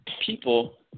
people